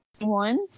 one